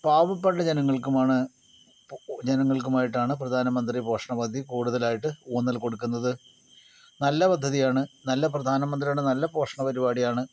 പാവപ്പെട്ട ജനങ്ങൾക്കുമാണ് ജനങ്ങൾക്കുമായിട്ടാണ് പ്രധാനമന്ത്രി പോഷണ പദ്ധതി കൂടുതലായിട്ട് ഊന്നൽ കൊടുക്കുന്നത് നല്ല പദ്ധതിയാണ് നല്ല പ്രധാനമന്ത്രിയുടെ നല്ല പോഷണ പരിപാടിയാണ്